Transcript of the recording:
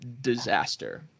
disaster